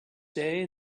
day